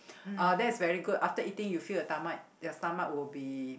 uh that's very good after eating you feel your tomach your stomach will be